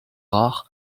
rare